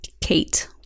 Kate